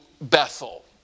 Bethel